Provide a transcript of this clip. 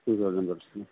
to thousand ಬರುತ್ತಾ